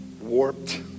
warped